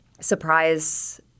surprise